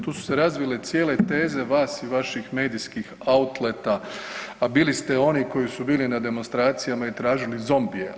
Tu su se razvile cijele teze vas i vaših medijskih outleta, a bili ste oni koji su bili na demostracijama i tražili zombije.